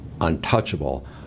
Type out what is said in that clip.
untouchable